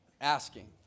asking